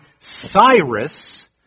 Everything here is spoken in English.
Cyrus